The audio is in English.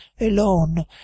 alone